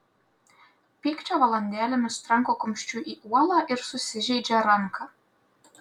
pykčio valandėlėmis tranko kumščiu į uolą ir susižeidžia ranką